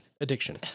addiction